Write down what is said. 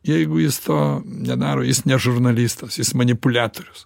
jeigu jis to nedaro jis ne žurnalistas jis manipuliatorius